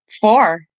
Four